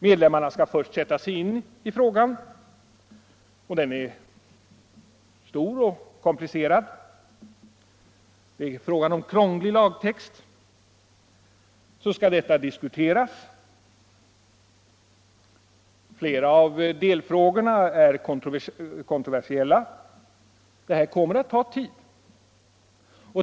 Medlemmarna skall först sätta sig in i frågan, som är mycket komplicerad. Det rör sig om krånglig lagtext. Så skall detta diskuteras. Flera av delfrågorna är kontroversiella. Det kommer att ta tid.